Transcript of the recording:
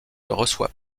reçoit